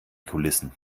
kulissen